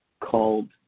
called